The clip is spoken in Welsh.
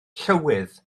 llywydd